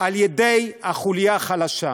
לפי החוליה החלשה.